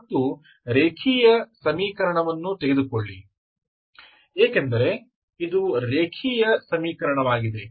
ಮತ್ತು ರೇಖೀಯ ಸಮೀಕರಣವನ್ನು ತೆಗೆದುಕೊಳ್ಳಿ ಏಕೆಂದರೆ ಇದು ರೇಖೀಯ ಸಮೀಕರಣವಾಗಿದೆ